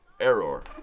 error